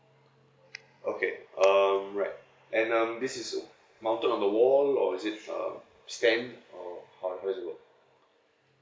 okay um right and um this is mounted on the wall or is it uh stand or how how does it work